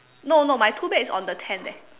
no no my tool bag is on the tent eh